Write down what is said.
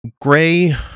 Gray